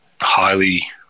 highly